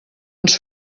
ens